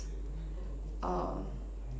uh